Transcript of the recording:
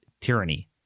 tyranny